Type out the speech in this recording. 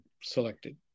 selected